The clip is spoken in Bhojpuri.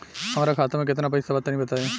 हमरा खाता मे केतना पईसा बा तनि बताईं?